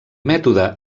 mètode